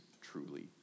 truly